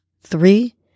three